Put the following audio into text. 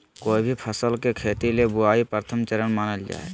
कोय भी फसल के खेती ले बुआई प्रथम चरण मानल जा हय